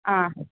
ஆ